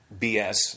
BS